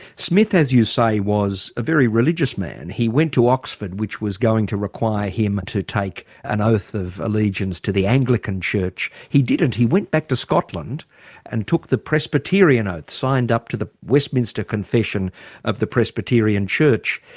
smith, as you say, was a very religious man. he went to oxford, which was going to require him to take an oath of allegiance to the anglican church. he didn't he went back to scotland and took the presbyterian oath signed up to the westminster confession of the presbyterian church.